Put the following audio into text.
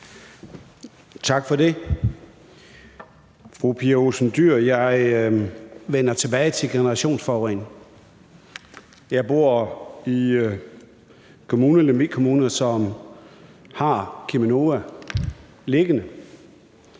Tak for det. Jeg vender tilbage til generationsforurening. Jeg bor i Lemvig Kommune, som har Cheminova liggende.